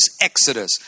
Exodus